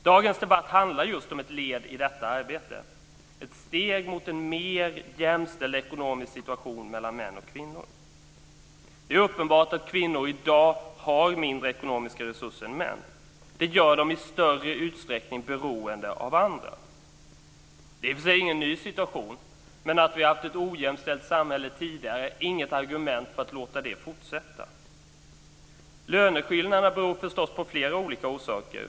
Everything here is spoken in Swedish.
Dagens debatt handlar just om ett led i detta arbete, ett steg mot en mer jämställd ekonomisk situation mellan män och kvinnor. Det är uppenbart att kvinnor i dag har mindre ekonomiska resurser än män. Det gör dem i större utsträckning beroende av andra. Det är i och för sig ingen ny situation, men att vi har haft ett ojämställt samhälle tidigare är inget argument för att låta detta fortsätta. Löneskillnaderna har naturligtvis flera olika orsaker.